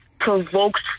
provokes